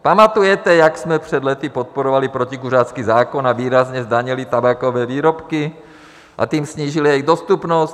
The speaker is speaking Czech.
Pamatujete, jak jsme před lety podporovali protikuřácký zákon a výrazně zdanili tabákové výrobky a tím snížili jejich dostupnost?